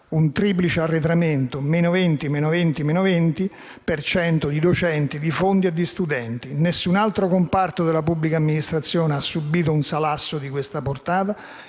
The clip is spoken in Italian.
di triplice arretramento: circa il 20 per cento in meno di docenti, di fondi e di studenti. Nessun altro comparto della pubblica amministrazione ha subito un salasso di questa portata